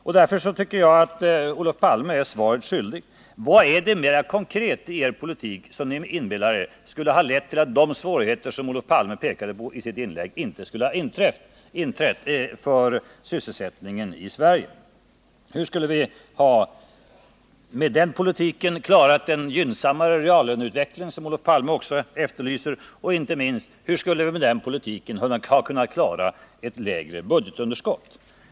Jag tycker att Olof Palme är svaret skyldig: Vad är det, mer konkret, i er politik som ni inbillar er skulle ha lett till att de svårigheter som Olof Palme pekade på i sitt inlägg inte skulle ha inträtt för sysselsättningen i Sverige? Hur skulle vi med den politiken ha klarat en gynnsammare reallöneutveckling, som Olof Palme också efterlyser? Och, inte minst: Hur skulle vi med den politiken ha kunnat klara ett lägre budgetunderskott?